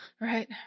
right